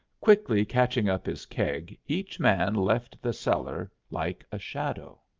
quickly catching up his keg, each man left the cellar like a shadow.